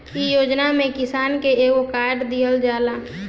इ योजना में किसान के एगो कार्ड दिहल जाला